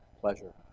pleasure